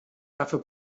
dafür